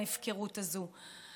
ההפקרות הזו.